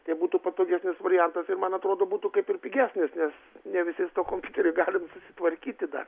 tai būtų patogesnis variantas ir man atrodo būtų kaip ir pigesnis nes ne visi su tuo kompiuteriu ir gali susitvarkyti dar